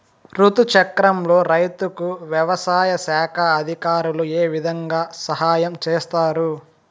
రుతు చక్రంలో రైతుకు వ్యవసాయ శాఖ అధికారులు ఏ విధంగా సహాయం చేస్తారు?